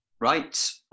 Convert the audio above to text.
Right